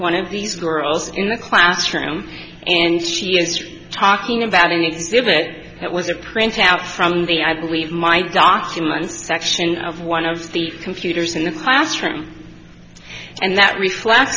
one of these girls in the classroom and she is talking about an exhibit that was a printout from the i believe my documents section of one of the computers in the classroom and that reflect